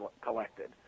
collected